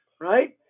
right